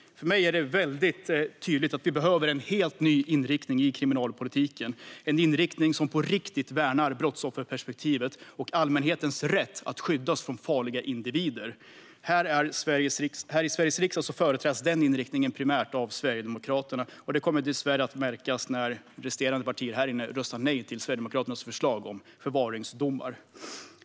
För mig är det väldigt tydligt att vi behöver en helt ny inriktning i kriminalpolitiken - en inriktning som på riktigt värnar brottsofferperspektivet och allmänhetens rätt att skyddas från farliga individer. Här i Sveriges riksdag företräds den inriktningen primärt av Sverigedemokraterna, och det kommer dessvärre att märkas när resterande partier här inne röstar nej till Sverigedemokraternas förslag om förvaringsdomar.